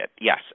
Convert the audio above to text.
Yes